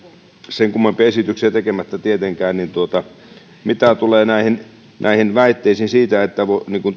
sen kummempia esityksiä tekemättä tietenkään mitä tulee näihin näihin väitteisiin siitä että